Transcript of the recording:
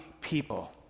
people